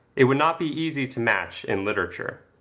it would not be easy to match in literature.